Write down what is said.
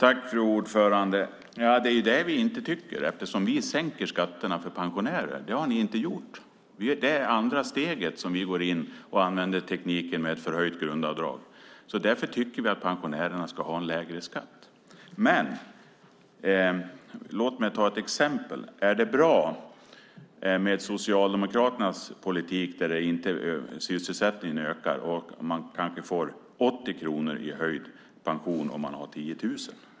Fru talman! Det är det vi inte tycker. Vi sänker skatterna för pensionärer. Det har ni inte gjort. Det är det andra steget som vi går in med och använder tekniken med ett förhöjt grundavdrag. Vi tycker att pensionärerna ska ha en lägre skatt. Men låt mig ta ett exempel. Är det bra med Socialdemokraternas politik där sysselsättningen inte ökar och man kanske får 80 kronor i höjd pension om man har 10 000?